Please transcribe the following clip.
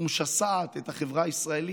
ומשסעת את החברה הישראלית.